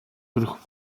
төрх